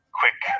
quick